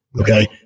okay